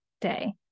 day